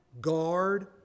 guard